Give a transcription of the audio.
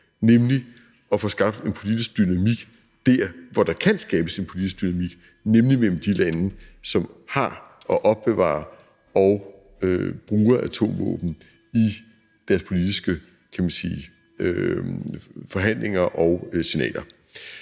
nemlig at få skabt en politisk dynamik der, hvor der kan skabes en politisk dynamik, nemlig mellem de lande, som har og opbevarer og bruger atomvåben i deres politiske forhandlinger og signaler.